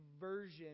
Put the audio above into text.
version